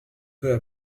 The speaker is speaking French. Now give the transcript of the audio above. peu